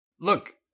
Look